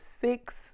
six